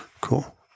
Cool